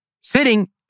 sitting